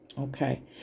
okay